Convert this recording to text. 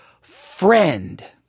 Friend